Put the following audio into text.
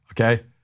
Okay